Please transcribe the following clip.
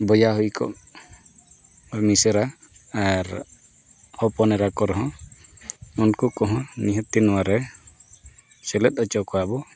ᱵᱚᱭᱦᱟ ᱦᱩᱭ ᱠᱚᱜ ᱟᱨ ᱢᱤᱥᱨᱟ ᱟᱨ ᱦᱚᱯᱚᱱ ᱮᱨᱟ ᱠᱚ ᱨᱮᱦᱚᱸ ᱩᱱᱠᱩ ᱠᱚᱦᱚᱸ ᱱᱤᱦᱟᱹᱛ ᱜᱮ ᱱᱚᱣᱟᱨᱮ ᱥᱮᱞᱮᱫ ᱦᱚᱪᱚ ᱠᱚᱣᱟ ᱵᱚ